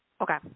Okay